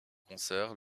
concerts